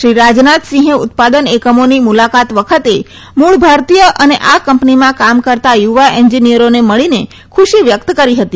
શ્રી રાજનાથસિંહે ઉત્પાદન એકમોની મુલાકાત વખતે મુળ ભારતીય અને આ કંપનીમાં કામ કરતા યુવા એન્જીનીયરોને મળીને ખુશી વ્યક્ત કરી હતી